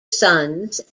sons